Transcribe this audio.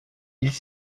ils